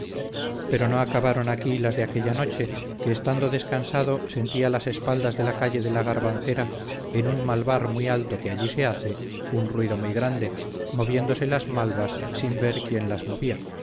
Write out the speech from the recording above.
pero no acabaron aquí las de aquella noche que estando descansando sentí a las espaldas de la calle de la garbancera en un malvar muy alto que allí se hace un ruido muy grande moviéndose las malvas sin ver quién las movía